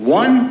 one